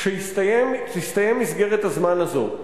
כשתסתיים מסגרת הזמן הזאת,